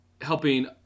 helping